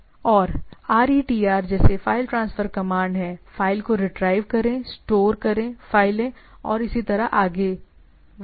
और RETR जैसे file transfer command हैं फाइल को रिट्रीव करें STOR स्टोर फाइलें और इसी तरह आगे राइट